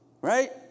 Right